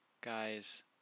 Guys